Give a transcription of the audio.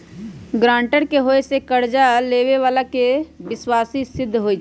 guarantor के होय से कर्जा लेबेय बला के विश्वासी सिद्ध होई छै